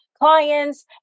clients